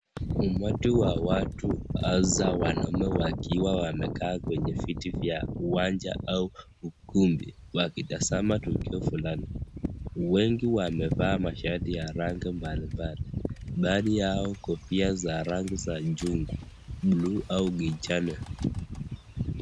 Umati wa watu aswa wanaume wakiwa wamekaa Kwenye viti vya uwanja au kundi wakitazama tukio fulani. Wengi wamevaa mashati ya rangi mbalimbali baadhi yao kofia za rangi ya chungwa ,buluu au kijani.